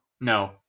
No